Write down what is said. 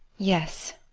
yes,